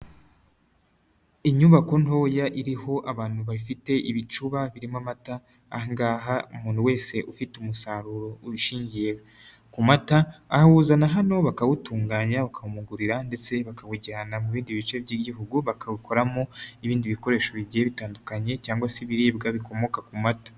Inyubako ntoya iriho abantu bafite ibicuba birimo amata. aha ngaha umuntu wese ufite umusaruro ushingiye ku mata, awuzana hano bakawutunganya, bakamugurira ndetse bakawujyana mu bindi bice by'Igihugu, bakawukoramo n'ibindi bikoresho bigiye bitandukanye cyangwa se ibiribwa bikomoka ku mata.